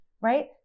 right